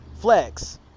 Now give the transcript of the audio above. flex